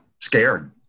scared